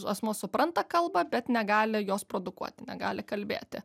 asmuo supranta kalbą bet negali jos produkuoti negali kalbėti